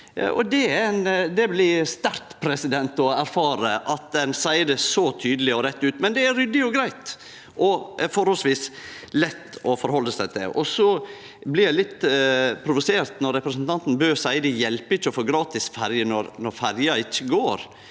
Det er sterkt å erfare at ein seier det så tydeleg og rett ut, men det er ryddig, greitt og forholdsvis lett å halde seg til. Og eg blir litt provosert når representanten Bøe seier at det hjelper ikkje å få gratis ferje når ferja ikkje går.